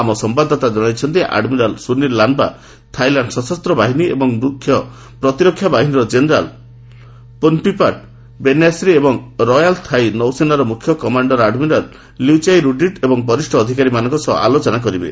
ଆମ ସମ୍ଭାଦଦାତା କଣାଇଛନ୍ତି ଆଡ୍ମିରାଲ୍ ସୁନିଲ୍ ଲାନ୍ବା ଥାଇଲ୍ୟାଣ୍ଡ୍ ସଶସ୍ତ ବାହିନୀ ଓ ମୁଖ୍ୟ ପ୍ରତିରକ୍ଷା ବାହିନୀର କେନେରାଲ୍ ପୋନ୍ପିପାଟ୍ ବେନ୍ୟାଶ୍ରୀ ଏବଂ ରୟାଲ୍ ଥାଇ ନୌସେନାର ମୁଖ୍ୟ କମାଣ୍ଡର୍ ଆଡ୍ମିରାଲ୍ ଲ୍ୟୁଚାଇ ରୁଡିଟ୍ ଏବଂ ବରିଷ ଆଧିକାରୀମାନଙ୍କ ସହ ଆଲୋଚନା କରିବେ